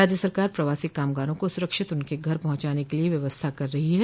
राज्य सरकार प्रवासी कामगारों को सुरक्षित उनके घर पहुंचाने के लिए व्यवस्था कर रही है